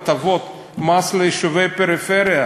הטבות מס ליישובי פריפריה.